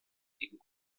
gegen